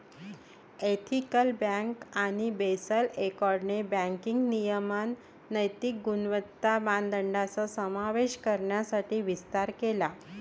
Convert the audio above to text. ethical bank आणि Basel एकॉर्डने banking नियमन नैतिक गुणवत्ता मानदंडांचा समावेश करण्यासाठी विस्तार केला